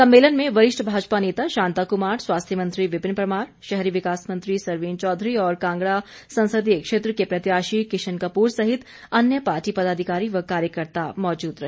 सम्मेलन में वरिष्ठ भाजपा नेता शांता कुमार स्वास्थ्य मंत्री विपिन परमार शहरी विकास मंत्री सरवीण चौधरी और कांगड़ा संसदीय क्षेत्र के प्रत्याशी किशन कपूर सहित अन्य पार्टी पदाधिकारी व कार्यकर्त्ता मौजूद रहे